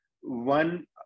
one